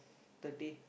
thirty